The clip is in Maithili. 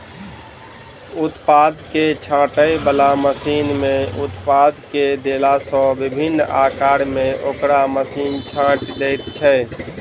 उत्पाद के छाँटय बला मशीन मे उत्पाद के देला सॅ विभिन्न आकार मे ओकरा मशीन छाँटि दैत छै